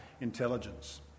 intelligence